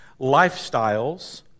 lifestyles